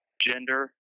gender